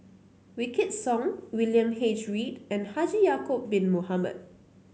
Wykidd Song William H Read and Haji Ya'acob Bin Mohamed